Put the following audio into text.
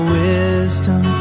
wisdom